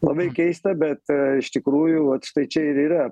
labai keista bet iš tikrųjų vat štai čia ir yra